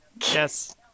yes